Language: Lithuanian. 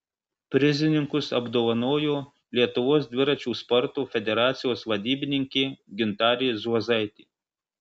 prizininkus apdovanojo lietuvos dviračių sporto federacijos vadybininkė gintarė zuozaitė